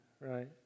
right